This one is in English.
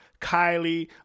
Kylie